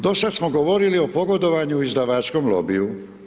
Do sad smo govorili o pogodovanju izdavačkom lobiju.